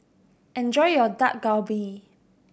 enjoy your Dak Galbi